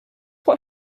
what